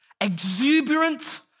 exuberant